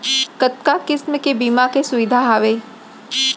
कतका किसिम के बीमा के सुविधा हावे?